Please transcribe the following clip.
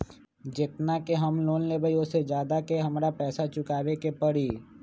जेतना के हम लोन लेबई ओ से ज्यादा के हमरा पैसा चुकाबे के परी?